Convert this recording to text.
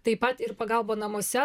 taip pat ir pagalba namuose